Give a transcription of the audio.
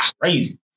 crazy